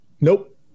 Nope